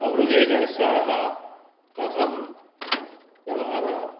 अग्रजेन सह कथं व्यवहारः